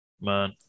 man